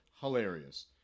hilarious